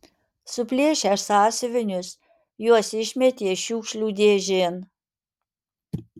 suplėšę sąsiuvinius juos išmetė šiukšlių dėžėn